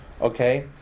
okay